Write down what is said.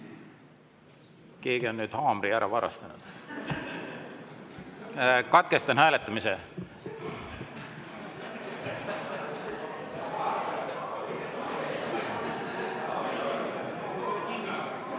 Keegi on nüüd haamri ära varastanud. (Naer.) Katkestan hääletamise.